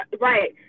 Right